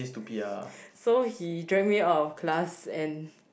so he drag me out of class and